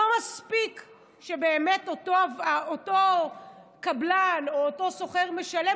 לא מספיק שאותו קבלן או אותו סוחר משלם,